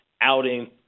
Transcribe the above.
outing